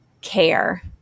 care